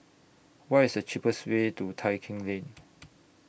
What IS The cheapest Way to Tai Keng Lane